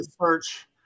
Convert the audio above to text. search